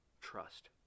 Trust